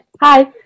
hi